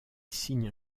signe